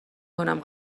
کنم